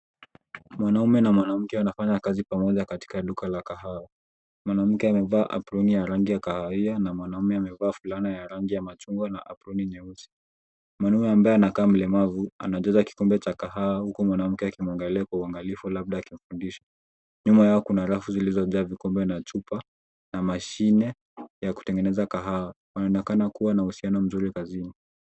Mwanaume na mwanamke anafanya kazi pamoja katika duka la kahawa ,mwanamke amevaa aproni ya rangi ya kahawia na mwanamume amevaa fulana ya rangi ya machungwa na aproni nyeusi ,mwanaume ambaye anakaa mlemavu anajaza kikombe cha kahawa huku mwanamke akimwangalia kwa uangalifu labda akimfundisha, nyuma yao kuna rafu zilizojaa kwamba ina chupa na mashini ya kutengeneza kahawa wanaonekana kuwa na uhusiano mzuri kazini.